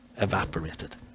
evaporated